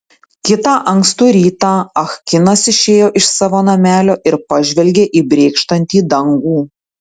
kitą ankstų rytą ah kinas išėjo iš savo namelio ir pažvelgė į brėkštantį dangų